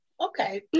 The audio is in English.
okay